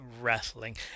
Wrestling